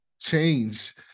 change